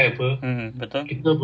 mmhmm betul